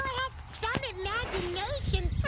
has some imagination. oh